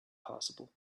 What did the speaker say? possible